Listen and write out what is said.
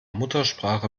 muttersprache